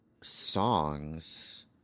songs